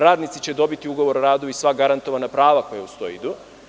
Radnici će dobiti ugovor o radu u sva garantovana prava koja uz to idu.